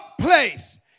place